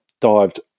dived